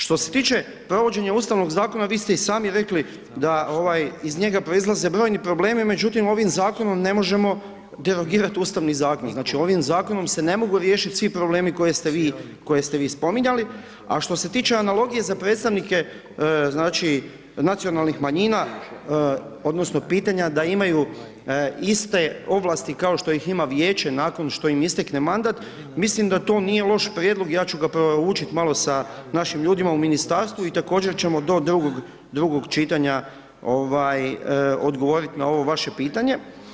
Što se tiče provođenja Ustavnog zakona, vi ste i sami rekli da, ovaj, iz njega proizlaze brojni problemi, međutim ovim Zakonom ne možemo derogirat Ustavni zakon, znači ovim Zakonom se ne mogu riješiti svi problemi koje ste vi, koje ste vi spominjali, a što se tiče analogije za predstavnike znači, nacionalnih manjina odnosno pitanja da imaju iste ovlasti kao što ih ima Vijeće nakon što im istekne mandat, mislim da to nije loš prijedlog, ja ću ga proučit malo sa našim ljudima u Ministarstvu, i također ćemo do drugog, drugog čitanja ovaj, odgovorit na ovo vaše pitanje.